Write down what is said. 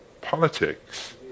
politics